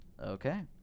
Okay